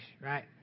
right